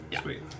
Sweet